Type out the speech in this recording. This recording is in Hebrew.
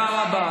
תודה רבה.